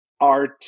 art